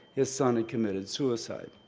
his son had committed suicide.